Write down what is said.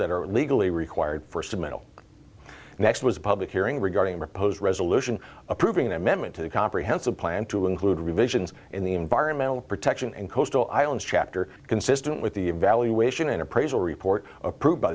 that are legally required the next was a public hearing regarding repos resolution approving the amendment to the comprehensive plan to include revisions in the environmental protection and coastal islands chapter consistent with the evaluation an appraisal report approved by